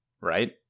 Right